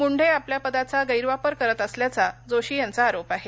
मुंढे आपल्या पदाचा गैर वापर करत असल्याचा जोशी यांचा आरोप आहे